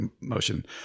motion